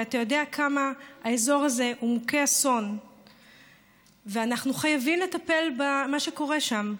ואתה יודע כמה האזור הזה מוכה אסון ואנחנו חייבים לטפל במה שקורה שם.